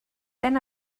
then